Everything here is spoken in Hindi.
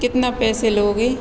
कितना पैसे लोगे